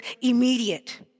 immediate